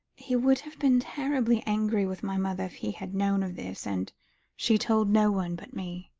he would have been terribly angry with my mother if he had known of this, and she told no one but me.